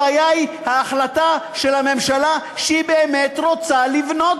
הבעיה היא ההחלטה של הממשלה שהיא באמת רוצה לבנות,